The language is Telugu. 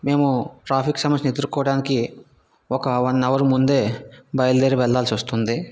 మేము ట్రాఫిక్ సమస్యను ఎదురుకోవడానికి ఒక వన్ అవర్ ముందే బయలుజేరి వెళాల్సి వస్తుంది